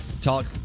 talk